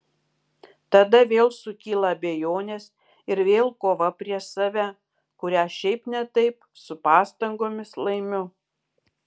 tada vėl sukyla abejonės ir vėl kova prieš save kurią šiaip ne taip su pastangomis laimiu